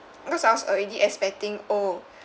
because I was already expecting oh